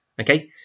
okay